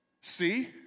see